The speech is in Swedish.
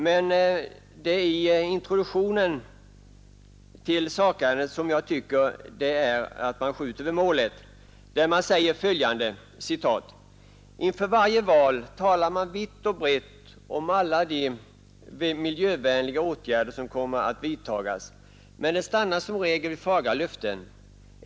Vad jag reagerar emot är introduktionen där det heter: ”Inför varje val talar man vitt och brett om alla de miljövänliga åtgärder som kommer att vidtagas, men det stannar som regel vid fagra löften.